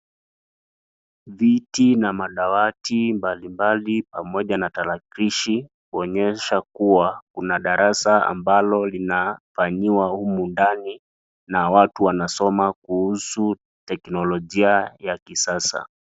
Viti na madawati mbalimbali pamoja na tarakilishi huonyesha kuwa kuna darasa ambalo linafanyiwa humu ndani na watu wanasoma kuhusu teknolojia ya kisasa.